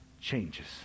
changes